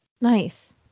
Nice